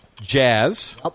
Jazz